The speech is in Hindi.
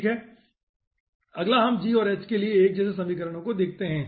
ठीक है अगला हम g और h के लिए एक जैसी समीकरणों को देखते हैं